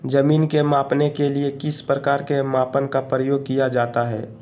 जमीन के मापने के लिए किस प्रकार के मापन का प्रयोग किया जाता है?